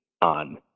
on